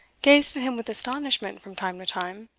gazed at him with astonishment from time to time,